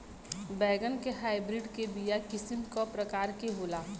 बैगन के हाइब्रिड के बीया किस्म क प्रकार के होला?